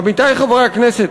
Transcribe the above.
עמיתי חברי הכנסת,